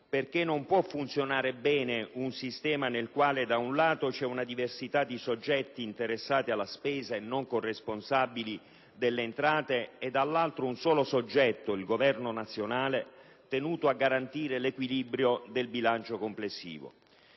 non può funzionare bene un sistema nel quale, da un lato, c'è una diversità di soggetti interessati alla spesa e non corresponsabili delle entrate e, dall'altro, un solo soggetto, il Governo nazionale, tenuto a garantire l'equilibrio del bilancio complessivo.